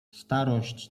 starość